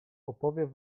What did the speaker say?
opowiem